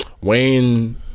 Wayne